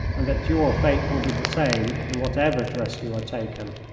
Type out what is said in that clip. and that your fate will be the same in whatever dress you are taken.